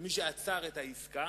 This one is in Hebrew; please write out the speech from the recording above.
מי שעצר את העסקה